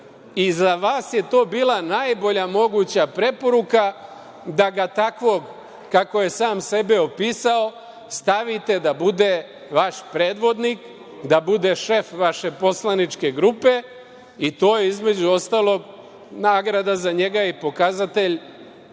SNS.Za vas je to bila najbolja moguća preporuka, da ga takvog, kako je sam sebe opisao, stavite da bude vaš predvodnik, da bude šef vaše poslaničke grupe i to je, između ostalog, nagrada za njega i pokazatelj